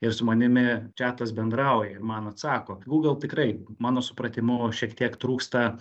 ir su manimi čiatas bendrauja ir man atsako google tikrai mano supratimu šiek tiek trūksta